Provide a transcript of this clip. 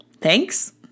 thanks